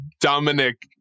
Dominic